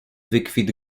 wykwit